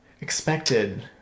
expected